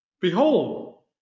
behold